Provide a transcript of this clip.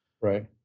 Right